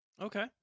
Okay